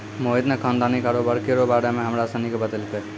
मोहित ने खानदानी कारोबार केरो बारे मे हमरा सनी के बतैलकै